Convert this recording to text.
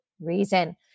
reason